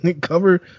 Cover